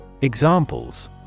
Examples